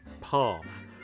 path